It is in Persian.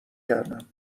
کردم